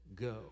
go